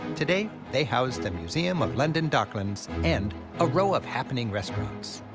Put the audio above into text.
today they house the museum of london docklands and a row of happening restaurants.